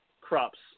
crops